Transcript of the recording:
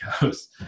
goes